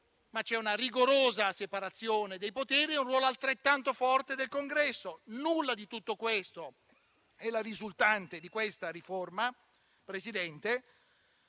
ci sono una rigorosa separazione dei poteri e un ruolo altrettanto forte del Congresso. Nulla di tutto questo è la risultante di questa riforma, signor